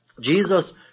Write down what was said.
Jesus